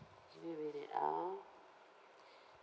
give me a minute ah